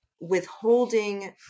withholding